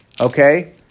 Okay